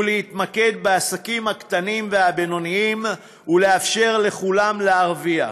להתמקד בעסקים הקטנים והבינוניים ולאפשר לכולם להרוויח,